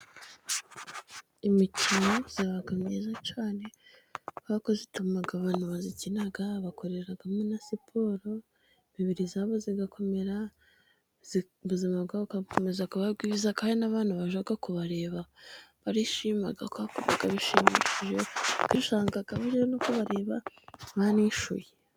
Imikino iba myiza cyane kuberako ituma abantu bayikina bakoreramo na siporo, imibiri yabo igakomera ubuzima bwabo bukomeza kuba bwiza, kandi n'abantu bajya kubareba barishima kuberako biba bishimishije, usanga bajya no kubareba banishyuye.